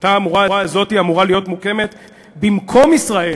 המפה הזאת במקום ישראל